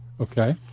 Okay